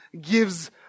gives